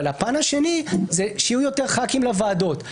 אבל הפן השני שיהיו יותר חברי כנסת בוועדות.